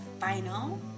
final